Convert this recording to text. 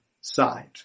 side